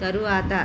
తరువాత